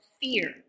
fear